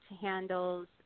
handles